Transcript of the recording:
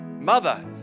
mother